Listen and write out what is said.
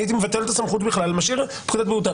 אני הייתי מבטל את הסמכות בכלל ומשאיר את פקודת בריאות העם.